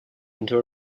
into